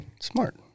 Smart